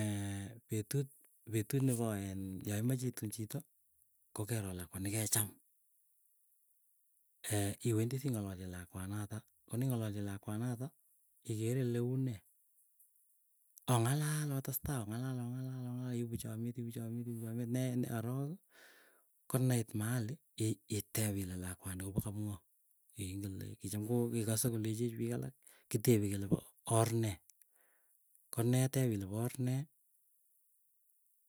petut petut nepoen yaimeche iun chito kokero lakwa nekecham. iwendii sing'alalchi lakwanatak koneng'alalchi lakwanatok ikere ilee unee. Ong'alal otestai ong'alal ong'alal ong'alal iipu chamyet iipu chamyet ne ne arok konait mahali itep ile lakwani kopa kapng'o. ingen le kicham koo kekase kolechech piik alak kitepe kele po oor ne. Konep ile po oor nee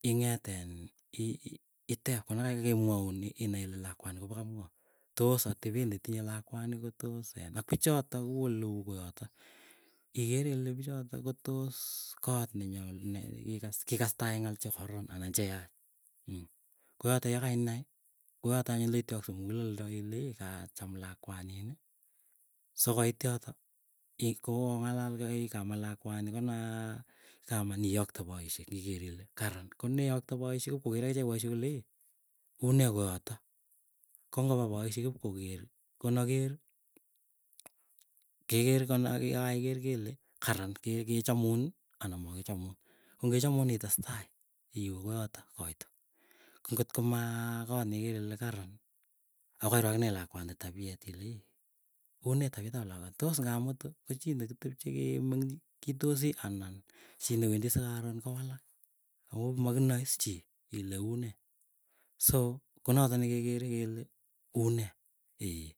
ing'eetin iii itep konakakemwaun inai ile lakwani kopa kapng'oo. Toos atepet netinye lakwani kotos ak pichotok kuu oleu koyotok igere ile pichotok. Ikere ile pichotok kotos koot nenyal nekikas kikas kikastae ng'al chekaron anan cheyach mm. Koyotok koyoto anyun leityakse mukuleldo ilei kacham lakwanin. Sokoit yoto kokong'alal kokeikaman lakwani konaa kama iyokte poisyek iker ile karan koneyokte poisyek ipkoker akicheck poisyek kole ii unee koyotok. Ko ngopa poisyek kipkoker konaker keker kenakaker kele karan kechamun anan makichamun ko ngechamun itestai iweekoyo koito. Ko ngotko ma koot nekere ile karan akairo akime lakwani tapiet, ilei unee tapiet ap lakwani tos ngamutu koo chii nekitepche ke meng'chindosii anan chii ne wendii sikaron kowalak, ako makinae iis chi ile unee so konoto nekekerei kele unee ee.